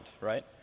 right